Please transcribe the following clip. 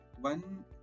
one